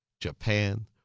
Japan